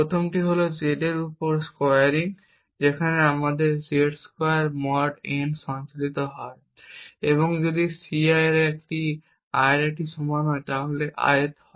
প্রথমটি হল Z এর উপর একটি স্কোয়ারিং যেখানে আমাদের Z2 mod n সঞ্চালিত হয় এবং যদি Ci 1 এর সমান হয় তাহলে ith হয়